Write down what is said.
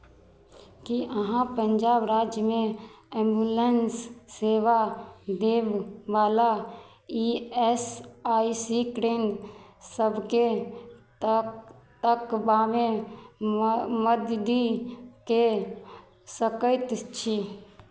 की अहाँ पंजाब राज्यमे एम्बुलेंस सेवा देबयवला ई एस आइ सी केन्द्र सभकेँ तक तकबामे म मदति कऽ सकैत छी